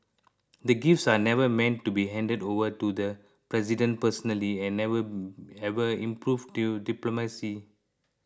the gifts are never meant to be handed over to the President personally and never ever improved due diplomacy